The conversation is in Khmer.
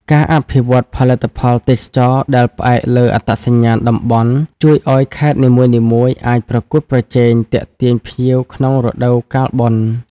ការអភិវឌ្ឍផលិតផលទេសចរណ៍ដែលផ្អែកលើអត្តសញ្ញាណតំបន់ ជួយឱ្យខេត្តនីមួយៗអាចប្រកួតប្រជែងទាក់ទាញភ្ញៀវក្នុងរដូវកាលបុណ្យ។